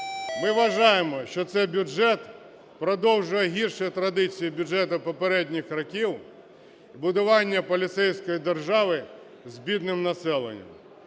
Ми вважаємо, що цей бюджет продовжує гірші традиції бюджету попередніх років будування поліцейської держави з бідним населенням.